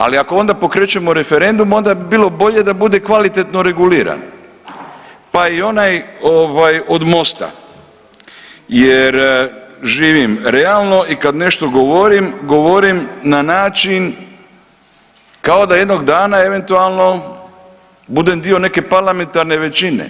Ali ako onda pokrećemo referendum, onda bi bilo bolje da bude kvalitetno reguliran pa i onaj ovaj od Mosta jer živim realno i kad nešto govorim, govorim na način kao da jednog dana eventualno budem dio neke parlamentarne većine.